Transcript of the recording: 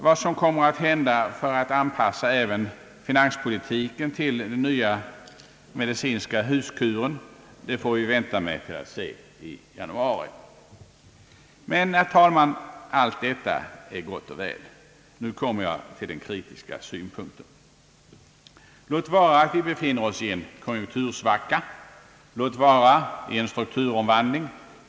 Vad som kommer att hända för att anpassa även finanspolitiken till den nya medicinska huskuren får vi vänta med att se till i januari. Men, herr talman, allt detta är gott och väl. Nu kommer jag till den kritiska synpunkten. Låt vara att vi befinner oss i en konjunktursvacka och i en strukturomvandling.